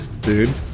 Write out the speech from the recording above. dude